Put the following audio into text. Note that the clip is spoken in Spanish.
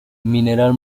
mineral